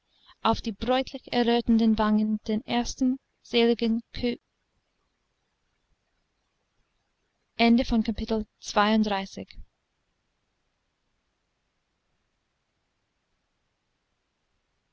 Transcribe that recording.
auf die bräutlich errötenden wangen den ersten seligen ku die